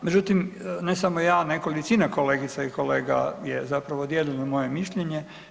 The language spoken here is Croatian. Međutim, ne samo ja, nekolicina kolegica i kolega je zapravo dijelimo moje mišljenje.